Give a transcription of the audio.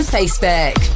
Facebook